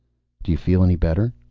do you feel any better?